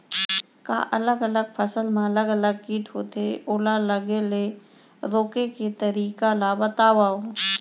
का अलग अलग फसल मा अलग अलग किट होथे, ओला लगे ले रोके के तरीका ला बतावव?